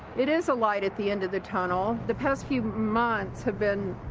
it is a light at the end of the tunnel. the past few months have been